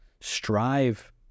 strive